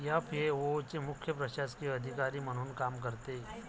FAO चे मुख्य प्रशासकीय अधिकारी म्हणून काम करते